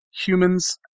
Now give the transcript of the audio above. humans